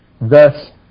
Thus